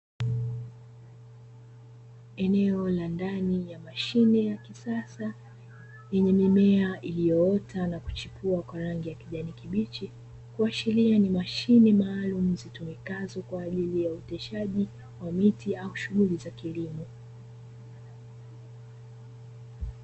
Eneo la ndani ya mashine ya kisasa yenye mimea iliyoota na kuchipua kwa rangi ya kijani kibichi, kuashiria ni mashine maalumu zitumikazo kwa ajili ya uoteshaji wa miti au shughuli za kilimo.